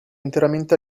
interamente